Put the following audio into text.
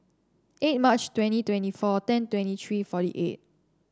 eight March twenty twenty four ten twenty three forty eight